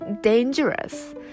dangerous